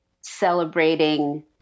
celebrating